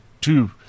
two